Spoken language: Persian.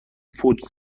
فودز